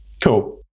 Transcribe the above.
cool